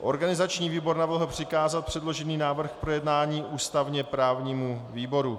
Organizační výbor navrhl přikázat předložený návrh k projednání ústavněprávnímu výboru.